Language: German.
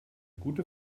gute